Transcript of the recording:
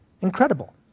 Incredible